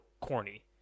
corny